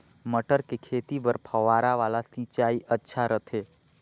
मटर के खेती बर फव्वारा वाला सिंचाई अच्छा रथे?